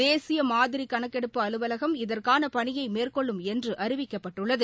தேசிய மாதிரி கணக்கெடுப்பு அலுவலகம் இதற்கான பணியை மேற்கொள்ளும் என்று அறிவிக்கப்பட்டுள்ளது